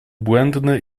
błędny